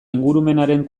ingurumenaren